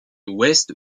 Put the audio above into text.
ouest